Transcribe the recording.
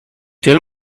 tell